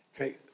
Okay